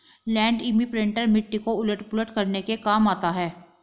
land imprinter मिट्टी को उलट पुलट करने के काम आता है